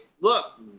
look